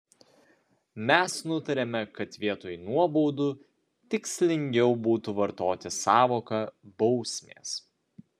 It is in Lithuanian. mes nutarėme kad vietoj nuobaudų tikslingiau būtų vartoti sąvoką bausmės